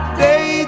day